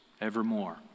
evermore